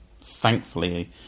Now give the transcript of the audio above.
thankfully